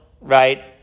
right